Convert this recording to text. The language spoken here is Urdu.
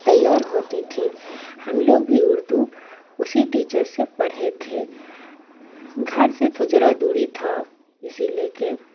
تیار ہوتی تھی ہم لوگ بھی اردو اسی ٹیچر سے پرھے تھے گھر سے تو زرا دوری تھا اسی لیے کہ